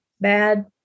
bad